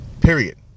Period